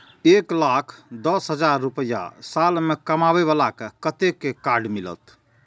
एक लाख दस हजार रुपया साल में कमाबै बाला के कतेक के कार्ड मिलत?